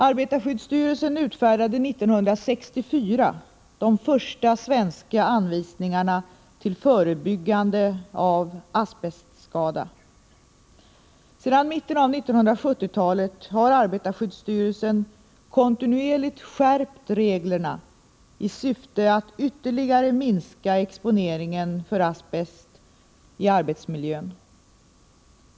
Arbetarskyddsstyrelsen utfärdade 1964 de första svenska anvisningarna till förebyggande av asbestskada. Sedan mitten av 1970-talet har arbetarskyddsstyrelsen kontinuerligt skärpt reglerna i syfte att ytterligare minska exponeringen för asbest i arbetsmiljön.